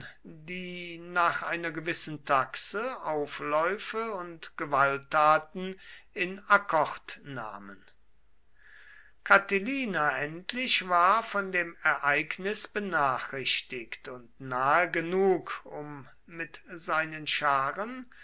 die nach einer gewissen taxe aufläufe und gewalttaten in akkord nahmen catilina endlich war von dem ereignis benachrichtigt und nahe genug um mit seinen scharen